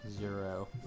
Zero